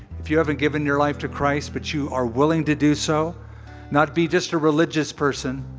if you haven't given your life to christ, but you are willing to do so not be just a religious person,